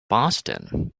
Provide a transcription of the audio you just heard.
boston